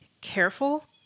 careful